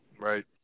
right